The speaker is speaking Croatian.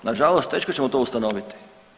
Na žalost teško ćemo to ustanoviti.